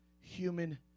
human